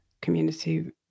community